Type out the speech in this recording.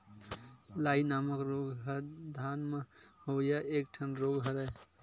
लाई नामक रोग ह धान म होवइया एक ठन रोग हरय